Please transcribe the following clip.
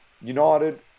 United